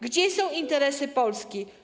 Gdzie są interesy Polski?